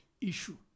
issue